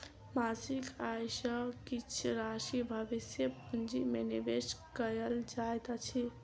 मासिक आय सॅ किछ राशि भविष्य पूंजी में निवेश कयल जाइत अछि